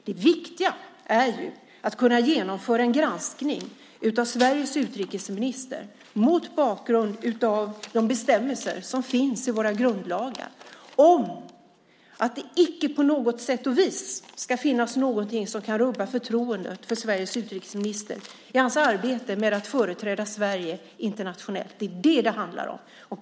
Det viktiga är att kunna genomföra en granskning av Sveriges utrikesminister mot bakgrund av de bestämmelser som finns i våra grundlagar om att det icke på något sätt och vis ska finnas någonting som kan rubba förtroendet för Sveriges utrikesminister i hans arbete med att företräda Sverige internationellt. Det är det som det handlar om.